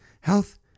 health